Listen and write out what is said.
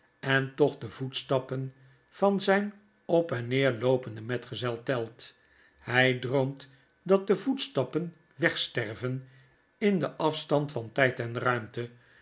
en toch de voetstappen van zijn op en neer loopenden metgezel telt hij droomt dat de voetstappen wegsterven in den afstand van tijd en ruimte